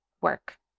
work